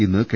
ഇന്ന് കെ